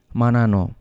manano